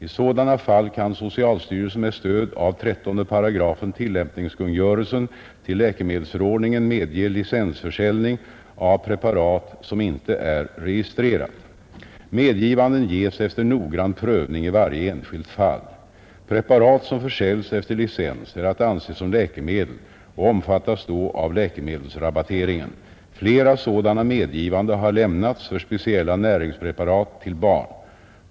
I sådana fall kan socialstyrelsen med stöd av 13 § tillämpningskungörelsen till läkemedelsförordningen medge licensförsäljning av preparat som inte är registrerat. Medgivanden ges efter noggrann prövning i varje enskilt fall. Preparat som försäljs efter licens är att anse som läkemedel och omfattas då av läkemedelsrabatteringen. Flera sådana medgivanden har lämnats för speciella näringspreparat till barn.